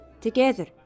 together